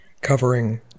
covering